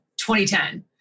2010